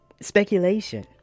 speculation